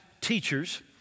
teachers